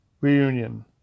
reunion